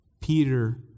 Peter